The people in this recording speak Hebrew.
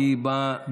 כי היא באה,